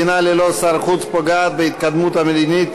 מדינה ללא שר חוץ פוגעת בהתקדמות המדינית